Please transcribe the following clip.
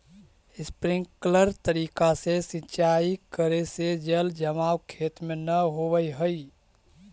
sprinkler तरीका से सिंचाई करे से जल जमाव खेत में न होवऽ हइ